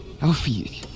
alfie